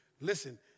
Listen